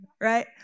Right